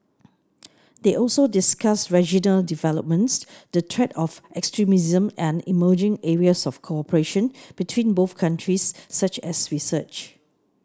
they also discussed regional developments the threat of extremism and emerging areas of cooperation between both countries such as research